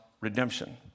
redemption